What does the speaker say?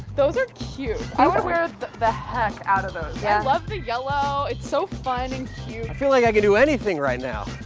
those are cute. i would wear the heck out of those. yeah. i love the yellow. it's so fun and cute. i feel like i could do anything right now.